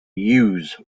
use